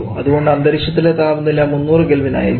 അതുകൊണ്ട് അന്തരീക്ഷത്തിലെ താപനില 300K ആയിരിക്കും